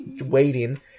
waiting